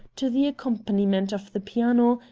to the accompaniment of the piano,